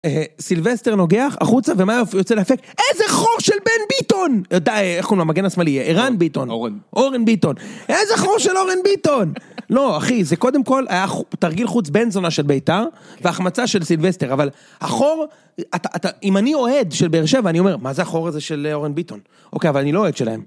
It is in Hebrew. סילבסטר נוגח החוצה ומה יוצא ומה היופי? איזה חור של בן ביטון! די, איך קוראים לו? המגן השמאלי, אורן ביטון. אורן. אורן ביטון. איזה חור של אורן ביטון! לא, אחי, זה קודם כל היה תרגיל חוץ בן זונה של ביתה, והחמצה של סילבסטר, אבל החור, אם אני אוהד של ביר שבע, אני אומר, מה זה החור הזה של אורן ביטון? אוקיי, אבל אני לא אוהד שלהם.